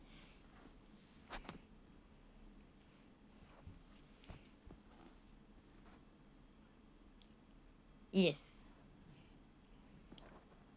yes